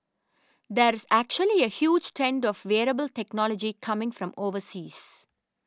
there is actually a huge trend of wearable technology coming from overseas